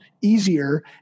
easier